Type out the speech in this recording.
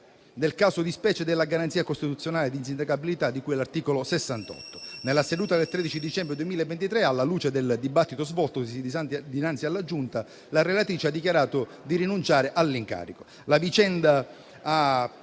nel caso di specie, della garanzia costituzionale di insindacabilità di cui all'articolo 68. Nella seduta del 13 dicembre 2023, alla luce del dibattito svoltosi dinanzi alla Giunta, la relatrice ha dichiarato di rinunciare all'incarico.